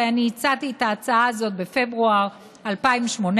הרי אני הצעתי את ההצעה הזאת בפברואר 2018,